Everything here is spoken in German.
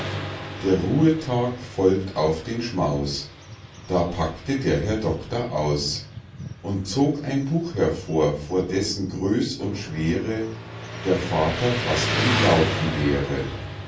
der ruhetag folgt auf den schmaus da packte der herr doctor aus und zog ein buch hervor vor dessen größ und schwere der vater fast entlaufen wäre